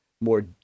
more